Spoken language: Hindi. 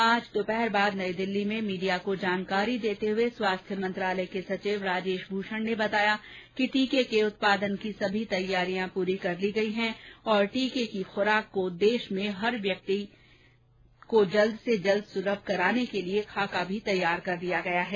आज दोपहर बाद नई दिल्ली में मीडिया को जानकारी देते हुए स्वास्थ्य मंत्रालय के सचिव राजेश भूषण ने बताया कि टीके के उत्पादन की सभी तैयारियां पूरी कर ली गई हैं और टीके की खुराक को देश में हर एक व्यक्ति को जल्द से जल्द सुलभ कराने के लिए खाका भी तैयार कर लिया गया है